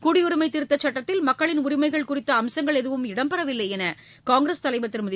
குடியுரிமை திருத்தச் சட்டத்தில் மக்களின் உரிமைகள் குறித்த அம்சங்கள் எதுவும் இடம் பெறவில்லை என்று காங்கிரஸ் தலைவர் திருமதி